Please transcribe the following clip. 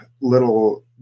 little